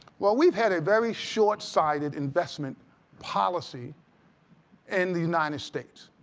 well, we've had a very short-sighted investment policy in the united states.